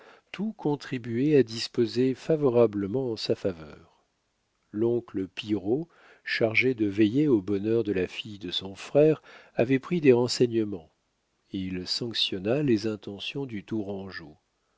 tout contribuait à disposer favorablement en sa faveur l'oncle pillerault chargé de veiller au bonheur de la fille de son frère avait pris des renseignements il sanctionna les intentions du tourangeau